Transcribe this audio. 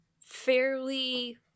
fairly